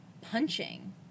punching